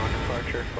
departure